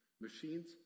Machines